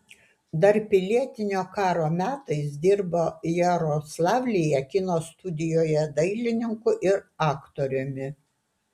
dar pilietinio karo metais dirbo jaroslavlyje kino studijoje dailininku ir aktoriumi